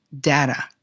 data